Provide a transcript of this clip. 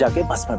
the bus but